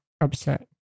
upset